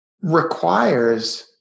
requires